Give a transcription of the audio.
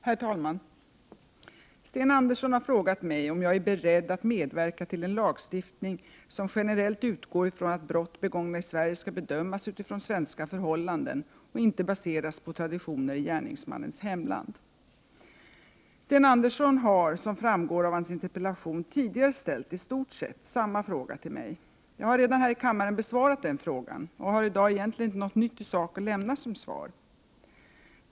Herr talman! Sten Andersson i Malmö har frågat mig om jag är beredd att medverka till en lagstiftning som generellt utgår från att brott begångna i Sverige skall bedömas utifrån svenska förhållanden och inte baseras på traditioner i gärningsmannens hemland. Sten Andersson har — som framgår av hans interpellation — tidigare ställt i stort sett samma fråga till mig. Jag har redan här i kammaren besvarat den frågan och har i dag egentligen inte något nytt i sak att lämna som svar.